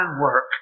work